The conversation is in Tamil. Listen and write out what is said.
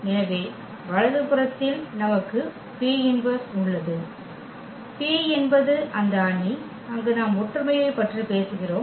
எனவே வலது புறத்தில் நமக்கு P−1 உள்ளது P என்பது அந்த அணி அங்கு நாம் ஒற்றுமையைப் பற்றி பேசுகிறோம்